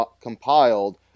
compiled